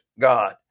God